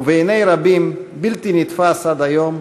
ובעיני רבים, בלתי נתפס עד היום,